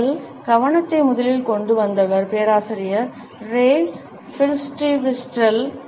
எங்கள் கவனத்தை முதலில் கொண்டு வந்தவர் பேராசிரியர் ரே பிர்ஸ்ட்விஸ்டெல்